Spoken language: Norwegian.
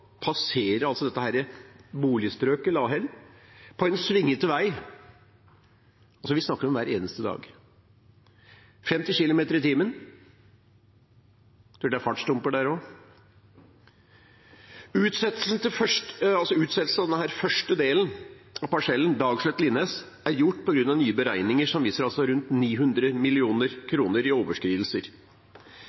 passerer boligstrøket Lahell daglig – vi snakker altså om hver eneste dag – på en svingete vei i 50 km/t, for det er fartsdumper der også. Utsettelsen av byggingen av den første delen av parsellen, Dagslett–Linnes, har skjedd på grunn av nye beregninger, som viser rundt 900 mill. kr i overskridelser,